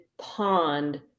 pond